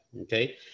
okay